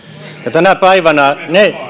tänä päivänä